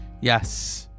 Yes